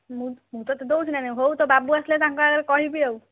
ମୁଁ ତତେ ଦଉଛି ନା ନାଇଁ ହଉ ତୋ ବାବୁ ଆସିଲେ ତାଙ୍କ ଆଗରେ କହିବି ଆଉ